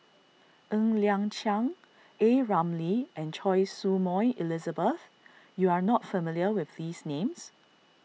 Ng Liang Chiang A Ramli and Choy Su Moi Elizabeth you are not familiar with these names